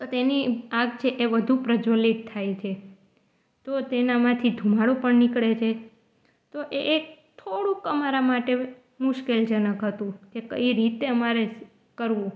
તો તેની આગ છે એ વધુ પ્રજવલિત થાય છે તો તેનામાંથી ધુમાડો પણ નીકળે છે તો એ એક થોડુંક અમારા માટે મુશ્કેલજનક હતું કે કઈ રીતે અમારે કરવું